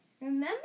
Remember